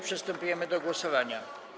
Przystępujemy do głosowania.